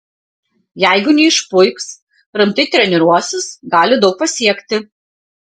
jeigu neišpuiks rimtai treniruosis gali daug pasiekti